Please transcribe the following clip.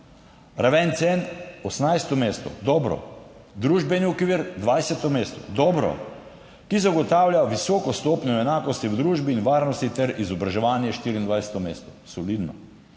raven cen, 18. mesto, dobro, družbeni okvir 20. mesto, dobro, ki zagotavlja visoko stopnjo enakosti v družbi in varnosti, ter izobraževanje, 24. mesto, solidno.